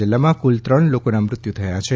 જિલ્લામાં કુલ ત્રણ લોકોનાં મૃત્યુ થયેલાં છે